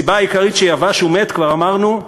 הסיבה העיקרית לכך שהוא יבש ומת, כבר אמרנו,